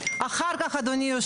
תומר, אני לא צודק?